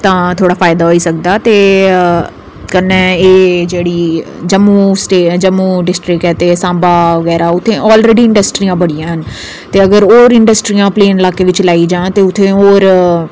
तां थोह्ड़ा फायदा होई सकदा ते कन्नै एह् जेह्ड़ी जम्मू डिस्ट्रिक्ट ऐ ते सांबा उत्थै आलरड़ी इंडस्ट्रियां बड़ियां न ते अगर होर इंडस्ट्रियां प्लेन लाकै च लाई जाह्न ते उत्थै होर